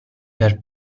per